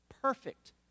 Perfect